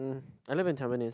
um I live in Tampines